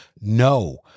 No